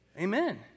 Amen